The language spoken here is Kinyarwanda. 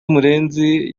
murenzi